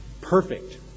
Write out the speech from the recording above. perfect